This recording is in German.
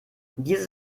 dieses